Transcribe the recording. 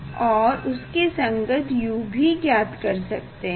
और उसके संगत u भी ज्ञात कर सकते हैं